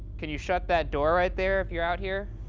could you shut that door right there, if you're out here?